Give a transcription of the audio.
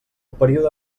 període